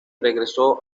regresó